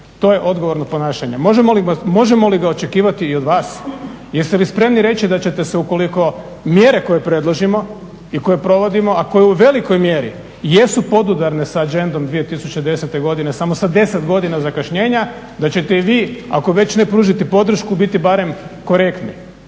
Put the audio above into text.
to je odgovorno ponašanje. Možemo li ga očekivati i od vas? Jeste li spremni reći da ćete se ukoliko mjere koje predložimo i koje provodimo, a koje u velikoj mjeri jesu podudarne sa Agendom 2010.godine samo sa 10 godina zakašnjenja da ćete i vi ako već ne pružiti podršku biti barem korektni?